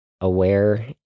aware